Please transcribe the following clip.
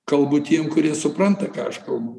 kalbu tiem kurie supranta ką aš kalbu